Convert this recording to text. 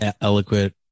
eloquent